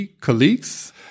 colleagues